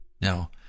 now